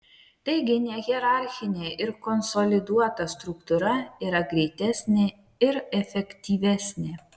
taigi nehierarchinė ir konsoliduota struktūra yra greitesnė ir efektyvesnė